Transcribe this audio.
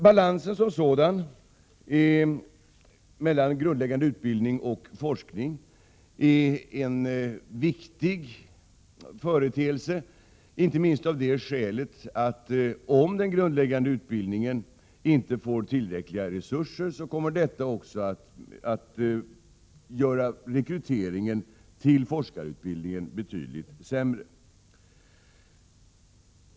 Balansen som sådan mellan grundläggande utbildning och forskning är en viktig företeelse, inte minst av det skälet att om den grundläggande utbildningen inte får tillräckliga resurser kommer detta också att göra rekryteringen till forskarutbildningen betydligt sämre.